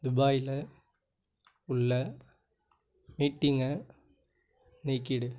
துபாயில் உள்ள மீட்டிங்கை நீக்கிவிடு